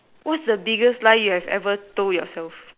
what's the biggest lie you have ever told yourself